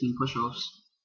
push-offs